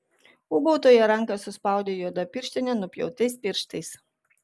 ūbautojo ranką suspaudė juoda pirštinė nupjautais pirštais